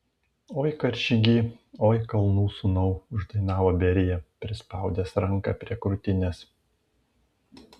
oi karžygy oi kalnų sūnau uždainavo berija prispaudęs ranką prie krūtinės